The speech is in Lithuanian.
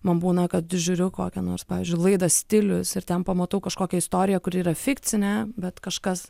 man būna kad žiūriu kokią nors pavyzdžiui laidą stilius ir ten pamatau kažkokią istoriją kuri yra fikcinė bet kažkas